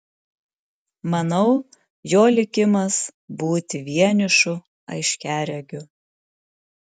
manau jo likimas būti vienišu aiškiaregiu